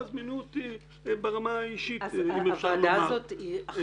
לכן מינו אותי ברמה האישי, אם אפשר לומר זאת כך.